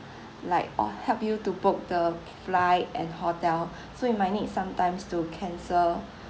like uh help you to book the flight and hotel so you might need some times to cancel